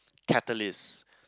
catalyst